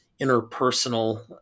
interpersonal